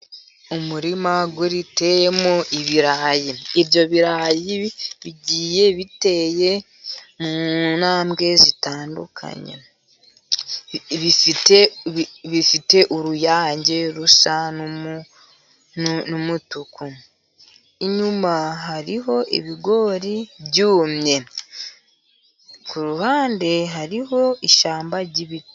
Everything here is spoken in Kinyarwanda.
Umurima uteyemo ibirayi, ibyo birayi bigiye biteye mu ntambwe zitandukanye, bifite uruyange rusa n'umutuku. Inyuma hariho ibigori byumye, ku ruhande hariho ishyamba ry'ibiti.